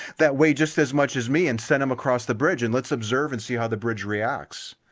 that weigh just as much as me and send them across the bridge and let's observe and see how the bridge reacts.